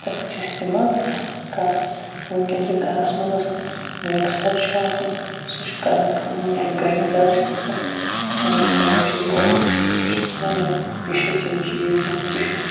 تہٕ أسۍ ٲسۍ استعمال کَران وٕنکیٚن چھِ گَرَس منٛز آسان مِکسَر چھُ آسان سُہ چھِ کَران کٲم یا گرٛایِنڈَر چھُ آسان تَمِچ کٲم چھِ یہٕے سُہ چھِ ژھٕنان یِم پِشِتھ یِم چیٖز نِوان پِشِتھ